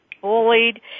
bullied